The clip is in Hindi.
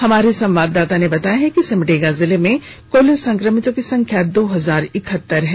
हमारे संवाददाता ने बताया कि सिमडेगा जिले में कल संकमितों की संख्या दो हजार इकहत्तर है